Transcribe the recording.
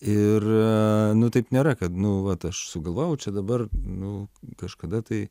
ir nu taip nėra kad nu vat aš sugalvojau čia dabar nu kažkada tai